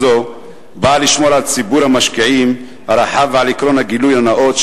באה לשמור על ציבור המשקיעים הרחב ועל עקרון הגילוי הנאות,